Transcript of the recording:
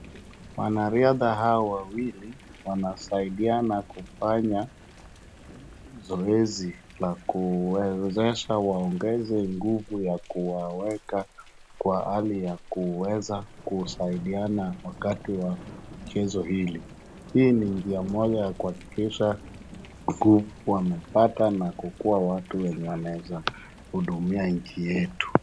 Wanariadha hawa wawili wanasaidiana kufanya zoezi la kuwezesha waongeze nguvu ya kuwaweka kwa hali ya kuweza kusaidiana wakati wa mchezo huu. Hii ni njia moja ya kuhakikisha nguvu wamepata na kukuwa watu wenye wanaweza hudumia nchi yetu.